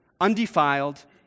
undefiled